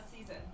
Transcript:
season